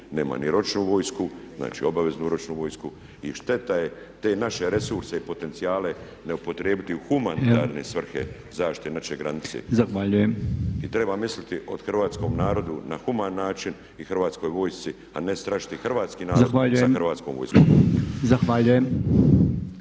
nema ni ročnu vojsku, znači obaveznu ročnu vojsku. I šteta je te naše resurse i potencijale ne upotrijebiti u humanitarne svrhe zaštite naše granice. …/Upadica Podolnjak: Zahvaljujem./… I treba misliti o hrvatskom narodu na human način i Hrvatskoj vojsci, a ne strašiti hrvatski narod sa Hrvatskom vojskom.